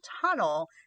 tunnel